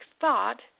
thought